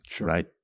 right